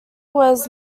was